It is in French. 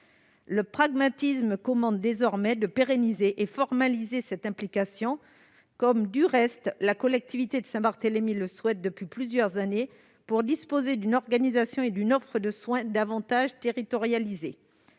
Le pragmatisme commande désormais de pérenniser et de formaliser cette implication- c'est du reste ce que souhaite la collectivité de Saint-Barthélemy depuis plusieurs années -pour disposer d'une organisation et d'une offre de soins davantage territorialisées.